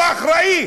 הוא האחראי,